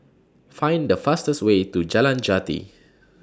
Find The fastest Way to Jalan Jati